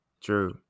true